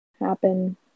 happen